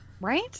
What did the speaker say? Right